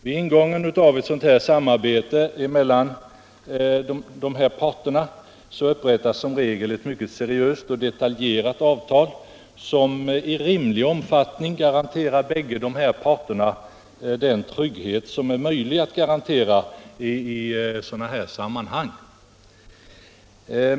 Vid ingången av ett sådant samarbete upprättas som regel ett mycket seriöst och detaljerat avtal, som i rimlig omfattning garanterar bägge parter den trygghet som är möjlig att garantera i sådana sammanhang.